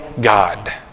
God